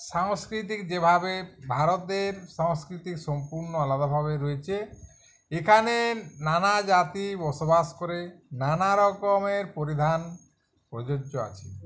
সাংস্কৃতিক যেভাবে ভারতের সাংস্কৃতিক সম্পূর্ণ আলাদাভাবে রয়েছে এখানে নানা জাতি বসবাস করে নানা রকমের পরিধান প্রযোজ্য আছে